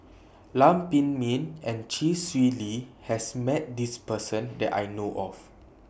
Lam Pin Min and Chee Swee Lee has Met This Person that I know of